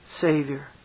Savior